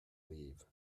leave